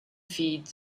feed